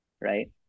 right